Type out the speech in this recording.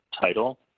title